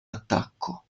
attacco